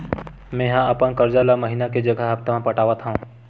मेंहा अपन कर्जा ला महीना के जगह हप्ता मा पटात हव